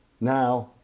Now